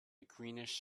greenish